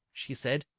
she said,